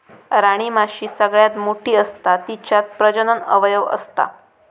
राणीमाशी सगळ्यात मोठी असता तिच्यात प्रजनन अवयव असता